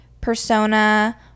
persona